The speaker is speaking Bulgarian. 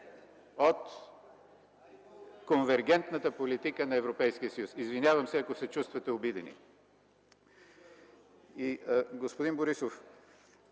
от конвергентната политика на Европейския съюз. Извинявам се, ако се чувствате обидени. Господин Борисов,